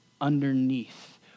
underneath